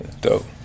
Dope